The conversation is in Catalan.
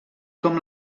com